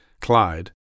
Clyde